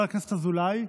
חבר הכנסת אזולאי,